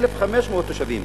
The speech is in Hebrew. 1,500 תושבים,